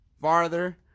farther